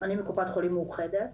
אני מקופת חולים מאוחדת.